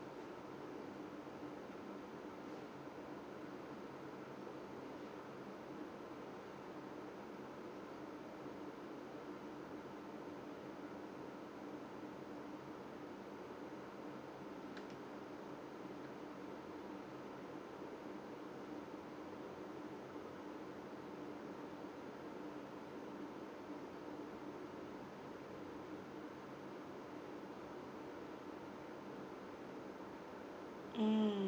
mm